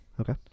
okay